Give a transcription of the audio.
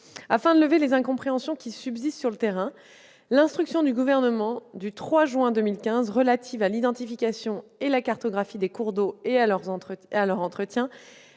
Afin de lever les incompréhensions qui subsistent sur le terrain, l'instruction du Gouvernement du 3 juin 2015 relative à la cartographie et l'identification des cours d'eau et à leur entretien